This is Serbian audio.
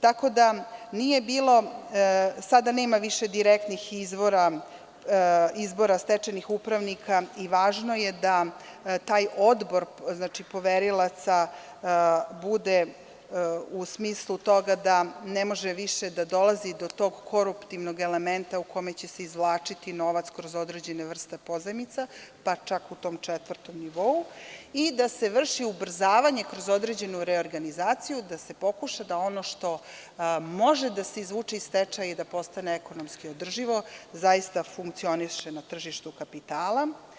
Tako da nije bilo, sada nema više direktnih izbora stečajnih upravnika i važno je da taj odbor poverilaca bude u smislu toga da ne može više da dolazi do tog koruptivnog elementa u kome će se izvlačiti novac kroz određene vrste pozajmica, pa čak u tom četvrtom nivou i da se vrši ubrzavanje kroz određenu reorganizaciju, da se pokuša da ono što može da se izvuče iz stečaja i da postane ekonomski održivo zaista funkcioniše na tržištu kapitala.